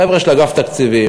החבר'ה של אגף תקציבים,